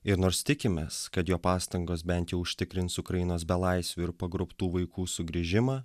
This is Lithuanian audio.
ir nors tikimės kad jo pastangos bent užtikrins ukrainos belaisvių ir pagrobtų vaikų sugrįžimą